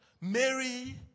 Mary